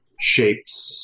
shapes